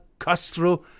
Castro